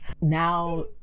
Now